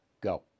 Go